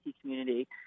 community